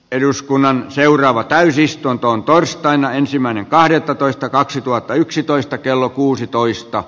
eduskunnan seuraava täysistuntoon torstaina ensimmäinen kahdettatoista kaksituhattayksitoista kello kuusitoista